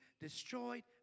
destroyed